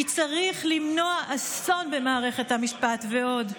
כי צריך למנוע אסון במערכת המשפט ועוד.